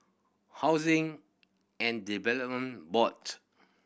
Housing and Development Board